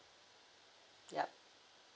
yup